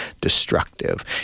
destructive